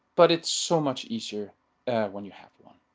but it's so much easier when you have one.